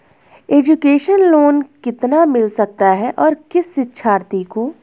Education loan कितना मिल सकता है और किस शिक्षार्थी को?